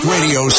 Radio